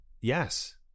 Yes